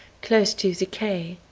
close to the quay.